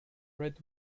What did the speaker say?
red